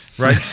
right?